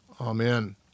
Amen